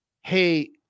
hey